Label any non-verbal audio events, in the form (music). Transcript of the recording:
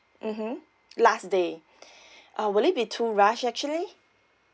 mmhmm last day (breath) uh would it be too rushed actually